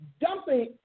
dumping